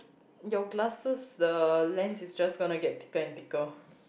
your glasses the len is just gonna get thicker and thicker